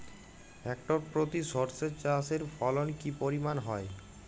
Hectare প্রতি সর্ষে চাষের ফলন কি পরিমাণ হয়?